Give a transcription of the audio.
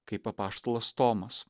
kaip apaštalas tomas